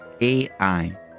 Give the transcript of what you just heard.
AI